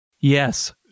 Yes